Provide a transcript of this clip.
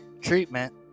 treatment